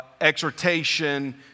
exhortation